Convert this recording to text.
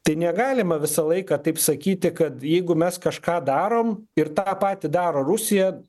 tai negalima visą laiką taip sakyti kad jeigu mes kažką darom ir tą patį daro rusija